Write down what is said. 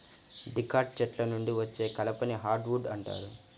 dicot చెట్ల నుండి వచ్చే కలపని హార్డ్ వుడ్ అంటారు